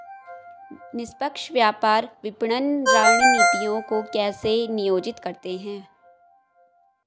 निष्पक्ष व्यापार विपणन रणनीतियों को कैसे नियोजित करते हैं?